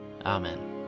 Amen